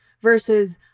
versus